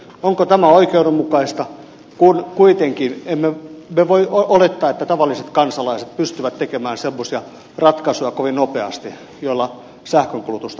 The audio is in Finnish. onko tämä oikeudenmukaista kun kuitenkaan me emme voi olettaa että tavalliset kansalaiset pystyvät tekemään kovin nopeasti semmoisia ratkaisuja joilla sähkönkulutusta vähennettäisiin